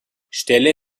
stelle